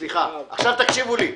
סליחה, עכשיו תקשיבו לי.